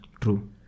True